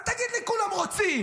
אל תגיד לי: כולם רוצים.